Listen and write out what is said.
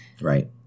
Right